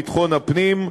ביטחון הפנים,